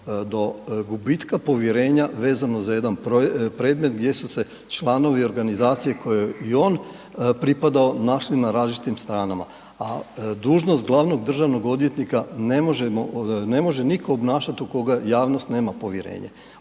do gubitka povjerenja vezano za jedan predmet gdje su se članovi organizacije kojoj je i on pripadao, našli na različitim stranama, a dužnost glavnog državnog odvjetnika ne možemo, ne može nitko obnašati u koga javnost nema povjerenje.